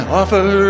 offer